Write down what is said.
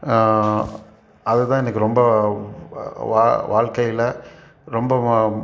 அதுதான் இன்றைக்கி ரொம்ப வாழ் வாழ்க்கையில் ரொம்பவும்